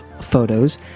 photos